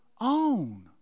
own